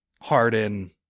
Harden